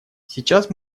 сейчас